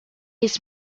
his